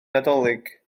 nadolig